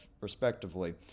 respectively